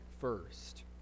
first